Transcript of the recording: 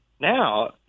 now